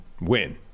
win